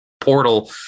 portal